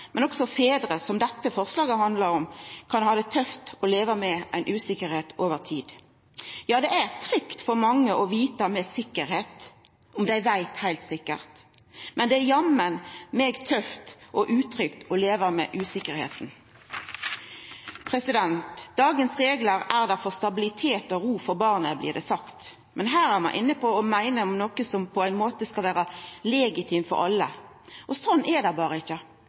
men også for fedrane, som dette forslaget handlar om, kan det vera tøft å leva med ei usikkerheit over tid. Ja, det er trygt for mange å vita med sikkerheit, om dei veit, heilt sikkert, men det er jammen tøft og utrygt å leva med usikkerheita. Dagens reglar er der for stabilitet og ro for barna, blir det sagt, men her er ein inne på å meina noko som på ein måte skal vera legitimt for alle. Slik er det berre ikkje.